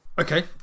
Okay